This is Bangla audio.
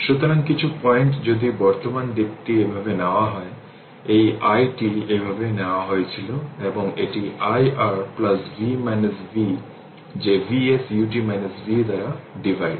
সুতরাং কিছু পয়েন্ট যদি বর্তমান দিকটি এভাবে নেওয়া হয় এই i t এভাবে নেওয়া হয়েছিল এবং এটি i R v - v যে Vs ut V দ্বারা ডিভাইড